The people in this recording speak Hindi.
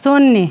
शून्य